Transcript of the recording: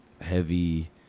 heavy